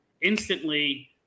instantly